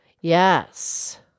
Yes